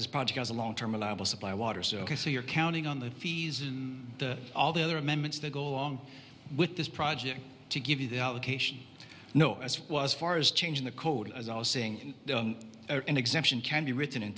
is project as a long term reliable supply water so you're counting on the fees and all the other amendments that go along with this project to give you the allocation no as well as far as changing the code as i was saying an exemption can be written